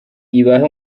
ibahe